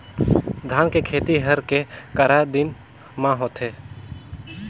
धान के खेती हर के करा दिन म होथे?